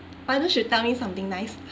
why don't you tell me something nice